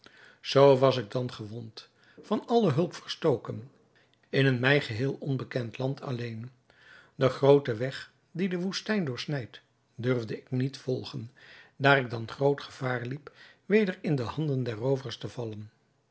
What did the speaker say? zoo was ik dan gewond van alle hulp verstoken in een mij geheel onbekend land alléén den grooten weg die de woestijn doorsnijdt durfde ik niet volgen daar ik dan groot gevaar liep weder in de handen der roovers te vallen